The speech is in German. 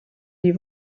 die